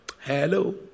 Hello